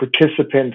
participants